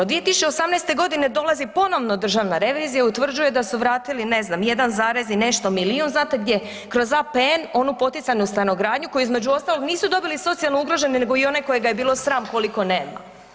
2018. godine dolazi ponovno Državna revizija i utvrđuje da su vratili, ne znam 1, i nešto milijun, znate gdje, kroz APN onu poticajnu stanogradnju koju između ostalog nisu dobili socijalno ugroženi nego i onaj kojega je bilo sram koliko nema.